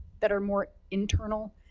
that are more internal,